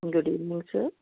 good evening sir